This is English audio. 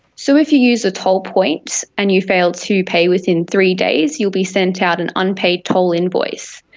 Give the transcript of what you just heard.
so if you use a toll point and you fail to pay within three days you will be sent out an unpaid toll invoice.